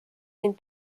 mind